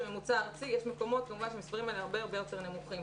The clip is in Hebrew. כשבממוצע ארצי יש מקומות שהמספרים האלה הרבה יותר נמוכים.